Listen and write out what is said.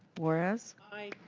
juarez. aye.